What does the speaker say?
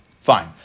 Fine